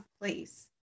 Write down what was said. place